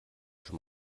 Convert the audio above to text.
schon